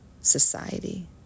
society